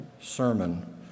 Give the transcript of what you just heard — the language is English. sermon